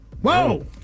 whoa